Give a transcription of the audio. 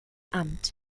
amt